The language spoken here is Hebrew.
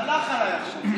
הלך עליי עכשיו.